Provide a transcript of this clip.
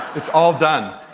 it's all done.